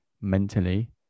mentally